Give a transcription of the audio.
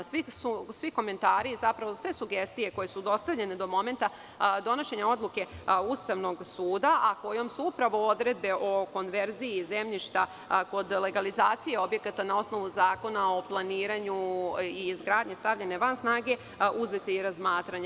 Sve sugestije koje su dostavljene do momenta donošenja odluke Ustavnog suda, a kojom se upravo odredbe o konverziji zemljišta kod legalizacije objekata na osnovu Zakona o planiranju i izgradnji stavljene van snage, uzete u razmatranje.